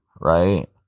Right